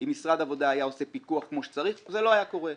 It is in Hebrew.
אם משרד העבודה היה מבצע פיקוח כמו שצריך אז זה לא היה קורה.